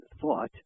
thought